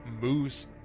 Moose